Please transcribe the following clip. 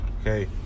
Okay